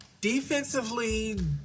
defensively